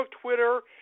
Twitter